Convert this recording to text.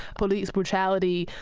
police brutality,